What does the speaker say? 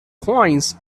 coins